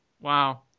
Wow